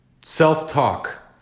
self-talk